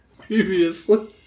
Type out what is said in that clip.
Previously